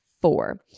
four